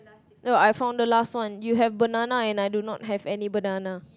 no I found the last one you have banana and I do not have any banana